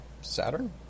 Saturn